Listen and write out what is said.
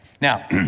Now